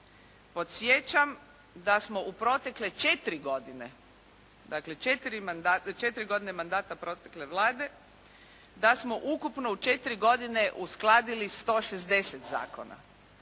Podsjećam da smo u protekle 4 godine, dakle 4 godine mandata protekle Vlade da smo ukupno u 4 godine uskladili 160 zakona.